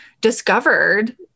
discovered